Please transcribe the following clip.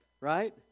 right